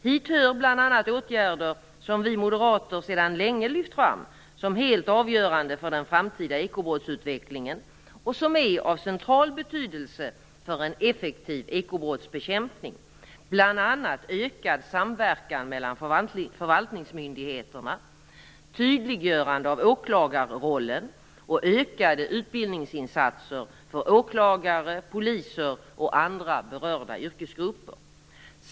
Hit hör bl.a. åtgärder som vi moderater sedan länge lyft fram som helt avgörande för den framtida ekobrottsutvecklingen och som är av central betydelse för en effektiv ekobrottsbekämpning, bl.a. ökad samverkan mellan förvaltningsmyndigheterna, tydliggörande av åklagarrollen och ökade utbildningsinsatser för åklagare, poliser och andra berörda yrkesgrupper.